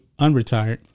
unretired